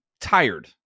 tired